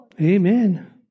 Amen